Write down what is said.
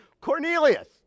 cornelius